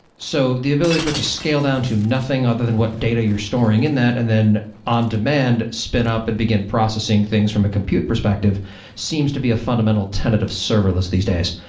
so the ability for it to scale down to nothing other than what data you're storing in that and then on demand spin up and begin processing things from a compute perspective seems to be a fundamental tenet of serverless these days.